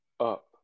up